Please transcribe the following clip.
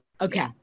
Okay